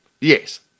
Yes